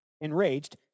Enraged